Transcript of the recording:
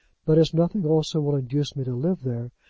but as nothing also will induce me to live there,